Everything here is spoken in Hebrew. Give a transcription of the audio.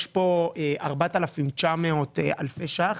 יש 4,900 אלפי שקלים,